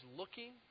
looking